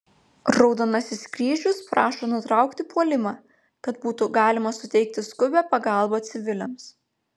raudonasis kryžius prašo nutraukti puolimą kad būtų galima suteikti skubią pagalbą civiliams